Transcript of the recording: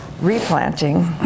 replanting